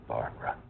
Barbara